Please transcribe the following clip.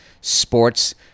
sports